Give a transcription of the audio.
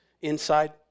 Inside